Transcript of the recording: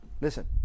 Listen